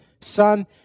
son